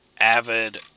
avid